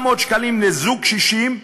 400 שקלים לזוג קשישים,